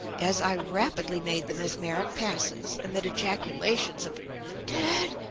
as i rapidly made the mesmeric passes, amid ejaculations of dead!